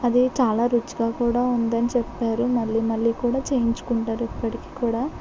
అది చాలా రుచిగా కూడా ఉందని చెప్పారు మళ్ళీ మళ్ళీ కూడా చేయించుకుంటారు ఇప్పటికి కూడా